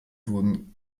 wurden